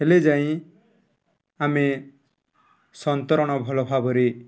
ହେଲେ ଯାଇ ଆମେ ସନ୍ତରଣ ଭଲ ଭାବରେ